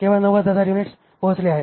केवळ 90000 युनिट्स पोहोचली आहेत